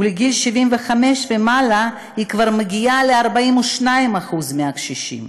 ובגיל 75 ומעלה זה כבר מגיע ל-42% מהקשישים.